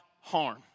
harm